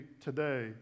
today